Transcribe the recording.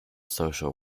social